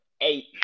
eight